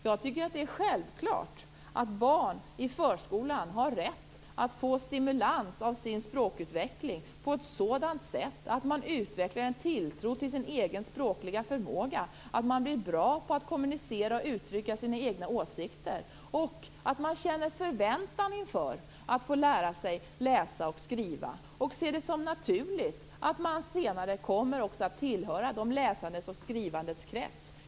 Jag tycker att det är självklart att barn i förskolan har rätt att få sin språkutveckling stimulerad på ett sådant sätt att de utvecklar en tilltro till sin egen språkliga förmåga, blir bra på att kommunicera och uttrycka sina egna åsikter och känner förväntan inför att få lära sig att läsa och skriva. De bör få se det som naturligt att de senare kommer att tillhöra de läsandes och skrivandes krets.